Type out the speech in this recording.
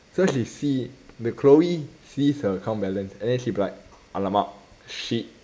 so she see the chloe sees her account balance and then she'll be like !alamak! shit